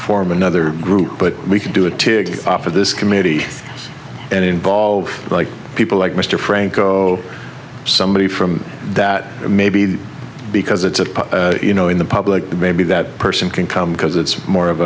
form another group but we can do a tig off of this committee and involved like people like mr franco somebody from that maybe because it's a you know in the public but maybe that person can come because it's more